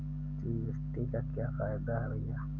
GST का क्या फायदा है भैया?